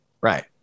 Right